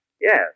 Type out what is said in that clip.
Yes